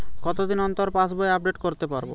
কতদিন অন্তর পাশবই আপডেট করতে পারব?